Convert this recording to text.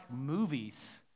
movies